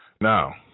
Now